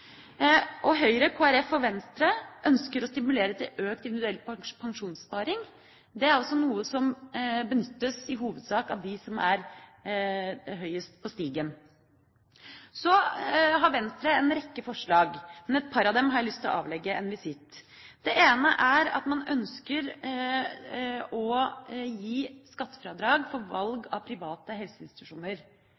Høyre, Kristelig Folkeparti og Venstre ønsker å stimulere til økt individuell pensjonssparing. Det er også noe som i hovedsak benyttes av dem som er høyest på stigen. Venstre har en rekke forslag, og et par av dem har jeg lyst til å avlegge en visitt. Det ene er at man ønsker å gi skattefradrag for valg